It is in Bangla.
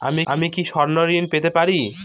আমি কি স্বর্ণ ঋণ পেতে পারি?